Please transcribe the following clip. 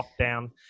lockdown